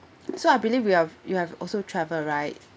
so I believe you have you have also travel right